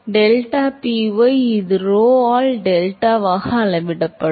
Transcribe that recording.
எனவே deltaPy இது Rho என டெல்டாவாக அளவிடும்